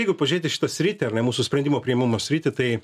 jeigu pažiūrėt į šitą sritį ar ne mūsų sprendimo priėmimo sritį tai